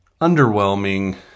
underwhelming